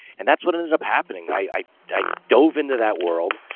and that's what ended up happening. i dove into that world.